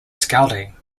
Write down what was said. scouting